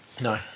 no